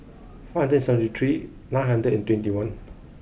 four hundred seventy three nine hundred and twenty one